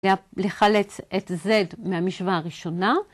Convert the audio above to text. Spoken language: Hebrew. ‫לחלץ את z מהמשוואה הראשונה.